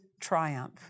triumph